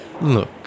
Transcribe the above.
Look